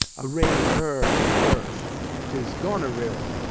arraign her first. tis goneril.